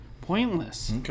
pointless